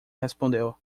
respondeu